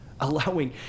Allowing